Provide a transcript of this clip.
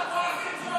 התשפ"ב